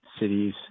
cities